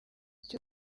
cyo